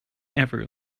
ever